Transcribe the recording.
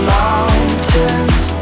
mountains